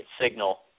signal